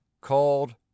called